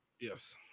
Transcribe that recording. Yes